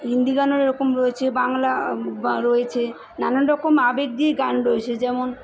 হিন্দি গানও এরকম রয়েছে বাংলা রয়েছে নানান রকম আবেগ দিয়ে গান রয়েছে যেমন